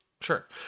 sure